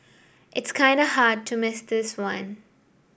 it's kinda hard to miss this one